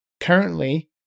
Currently